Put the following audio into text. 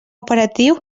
operatiu